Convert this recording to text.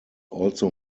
also